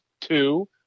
two